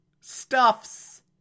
stuffs